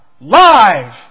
Live